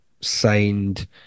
signed